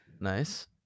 nice